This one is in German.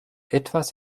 etwas